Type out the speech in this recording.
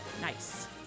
Nice